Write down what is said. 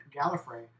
Gallifrey